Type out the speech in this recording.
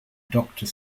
doctor